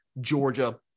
Georgia